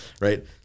right